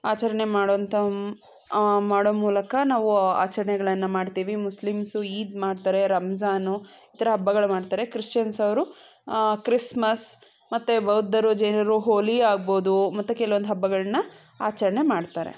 ಆಚರಣೆ ಮಾಡೋವಂಥ ಮಾಡೋ ಮೂಲಕ ನಾವು ಆಚರಣೆಗಳನ್ನ ಮಾಡ್ತೀವಿ ಮುಸ್ಲಿಮ್ಸು ಈದ್ ಮಾಡ್ತಾರೆ ರಂಜಾನು ಈ ಥರ ಹಬ್ಬಗಳು ಮಾಡ್ತಾರೆ ಕ್ರಿಶ್ಚಿಯನ್ಸವರು ಕ್ರಿಸ್ಮಸ್ ಮತ್ತು ಬೌದ್ಧರು ಜೈನರು ಹೋಲಿ ಆಗ್ಬೋದು ಮತ್ತೆ ಕೆಲವೊಂದು ಹಬ್ಬಗಳನ್ನ ಆಚರಣೆ ಮಾಡ್ತಾರೆ